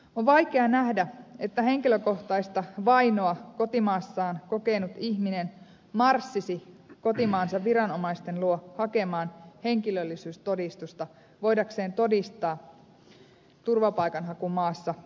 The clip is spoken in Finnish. on vaikea nähdä että henkilökohtaista vainoa kotimaassaan kokenut ihminen marssisi kotimaansa viranomaisten luo hakemaan henkilöllisyystodistusta voidakseen todistaa turvapaikanhakumaassa kuka hän on